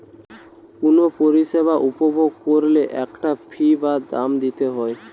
কুনো পরিষেবা উপভোগ কোরলে একটা ফী বা দাম দিতে হই